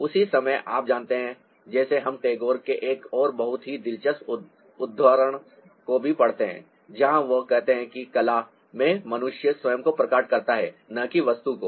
उसी समय आप जानते हैं जैसे हम टैगोर के एक और बहुत ही दिलचस्प उद्धरण को भी पढ़ते हैं जहाँ वह कहते हैं कि कला में मनुष्य स्वयं को प्रकट करता है न कि वस्तु को